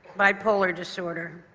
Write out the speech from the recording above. bipolar disorder.